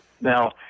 Now